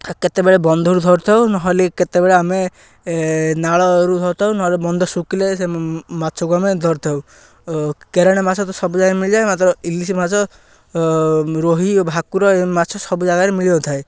କେତେବେଳେ ବନ୍ଧରୁ ଧରିଥାଉ ନହେଲେ କେତେବେଳେ ଆମେ ନାଳରୁ ଧରିଥାଉ ନହେଲେ ବନ୍ଧ ଶୁଖିଲେ ସେ ମାଛକୁ ଆମେ ଧରିଥାଉ କେରଣା ମାଛ ତ ସବୁ ଜାଗାରେ ମିଳିଯାଏ ମାତ୍ର ଇଲିଶି ମାଛ ରୋହୀ ଓ ଭାକୁର ଏ ମାଛ ସବୁ ଜାଗାରେ ମିଳିଥାଏ